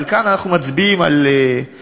אבל כאן אנחנו מצביעים על משהו,